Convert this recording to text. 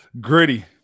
Gritty